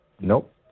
Nope